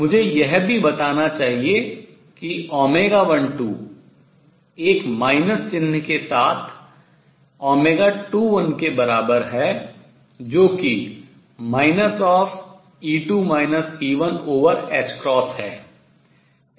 मुझे यह भी बताना चाहिए कि 12 एक ऋण चिह्न के साथ 21के बराबर है जो कि ℏ है